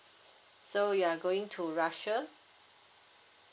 so you're going to russia